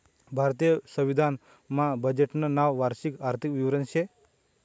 भारतीय संविधान मा बजेटनं नाव वार्षिक आर्थिक विवरण शे